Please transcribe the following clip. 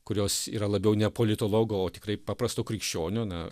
kurios yra labiau ne politologo o tikrai paprasto krikščionio na